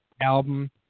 album